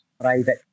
private